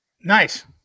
Nice